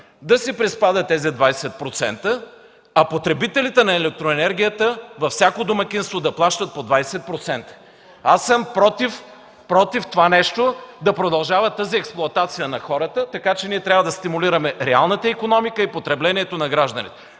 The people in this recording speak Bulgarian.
да си приспада тези 20%, а потребителите на електроенергията във всяко домакинство да плащат по 20%. Аз съм против това нещо – да продължава експлоатацията на хората. Ние трябва да стимулираме реалната икономика и потреблението на гражданите.